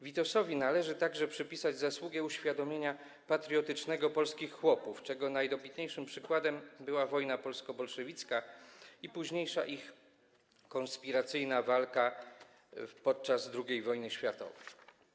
Witosowi należy także przypisać zasługę uświadomienia patriotycznego polskich chłopów, czego najdobitniejszym przykładem była wojna polsko-bolszewicka i późniejsza ich walka konspiracyjna podczas II wojny światowej.